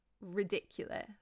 ridiculous